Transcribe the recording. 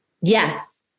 Yes